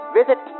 visit